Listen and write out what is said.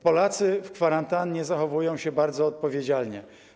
Polacy w kwarantannie zachowują się bardzo odpowiedzialnie.